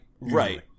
right